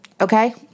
Okay